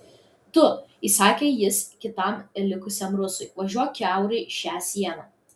tu įsakė jis kitam likusiam rusui važiuok kiaurai šią sieną